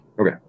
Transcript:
okay